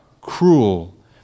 cruel